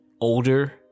older